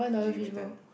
then she give me ten